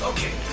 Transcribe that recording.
Okay